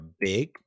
big